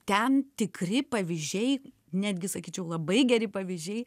ten tikri pavyzdžiai netgi sakyčiau labai geri pavyzdžiai